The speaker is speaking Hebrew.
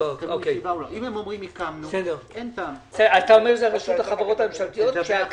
אומר שזה רשות החברות הממשלתיות.